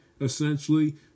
essentially